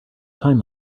time